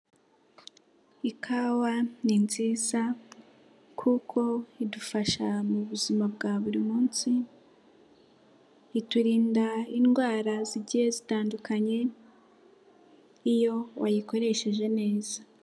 Ikawa ni nziza kuko idufasha mu buzima bwa buri munsi, iturinda indwara zigiye zitandukanye, iyo wayikoresheje neza.